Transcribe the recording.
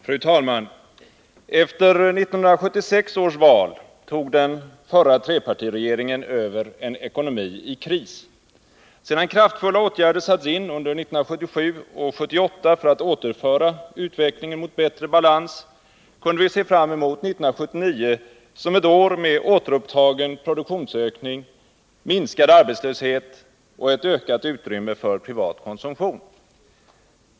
Fru talman! Efter 1976 års val tog den förra trepartiregeringen över en ekonomi i kris. Sedan kraftfulla åtgärder satts in under 1977 och 1978 för att återföra utvecklingen mot bättre balans kunde vi se fram mot 1979 som ett år med återupptagen produktionsökning, minskad arbetslöshet och ett ökat utrymme för privat konsumtion.